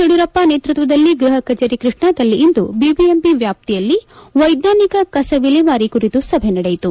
ಯಡಿಯೂರಪ್ಪ ನೇತೃತ್ವದಲ್ಲಿ ಗೃಪ ಕಡೇರಿ ಕೃಷ್ಣಾದಲ್ಲಿಂದು ಬಿಬಿಎಂಪಿ ವ್ಯಾಪ್ತಿಯಲ್ಲಿ ವೈಜ್ವಾನಿಕ ಕಸ ವಿಲೇವಾರಿ ಕುರಿತು ಸಭೆ ನಡೆಯಿತು